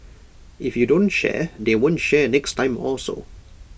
if you don't share they won't share next time also